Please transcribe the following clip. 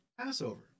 Passover